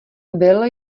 byl